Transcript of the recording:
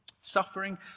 suffering